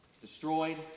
destroyed